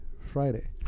Friday